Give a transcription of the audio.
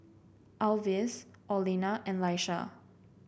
Alvis Orlena and Laisha